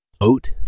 Oat